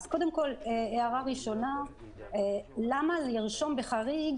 אז קודם כול, הערה ראשונה, למה לרשום בחריג: